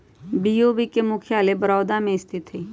BOB के मुख्यालय बड़ोदरा में स्थित हइ